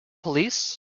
police